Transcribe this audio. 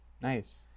Nice